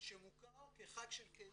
שמוכר כחג של קהילה.